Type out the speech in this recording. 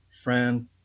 friend